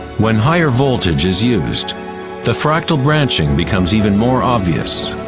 when higher voltage is used the fractal branching becomes even more obvious.